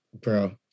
Bro